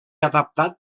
adaptat